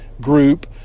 group